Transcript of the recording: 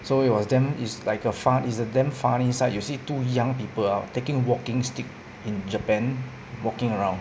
so it was damn it's like a fu~ is a damn funny sight you see two young people ah taking walking stick in japan walking around